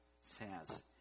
says